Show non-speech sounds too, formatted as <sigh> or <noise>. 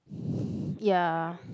<breath> ya